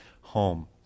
home